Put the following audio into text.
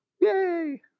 Yay